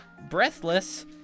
breathless